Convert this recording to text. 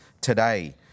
today